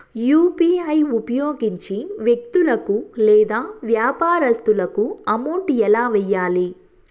UPI ఉపయోగించి వ్యక్తులకు లేదా వ్యాపారస్తులకు అమౌంట్ ఎలా వెయ్యాలి